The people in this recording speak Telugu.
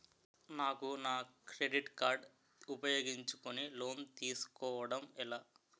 నాకు నా క్రెడిట్ కార్డ్ ఉపయోగించుకుని లోన్ తిస్కోడం ఎలా?